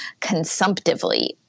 consumptively